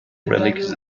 relic